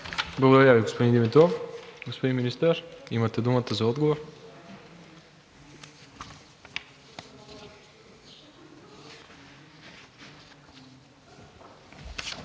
Благодаря Ви, господин Димитров. Господин Министър, имате думата за отговор.